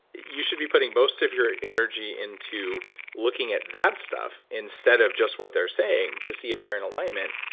you should be putting most of your energy into looking at that stuff instead of just what they're saying to see if they're in alignment.